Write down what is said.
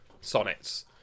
sonnets